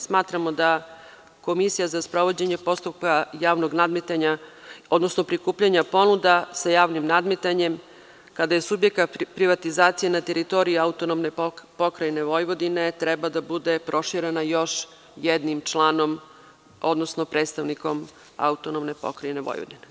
Smatramo da komisija za sprovođenje postupka javnog nadmetanja, odnosno prikupljanja ponuda sa javnim nadmetanjem kada je subjekat privatizacije na teritoriji AP Vojvodine treba da bude proširena još jednim članom, odnosno predstavnikom AP Vojvodine.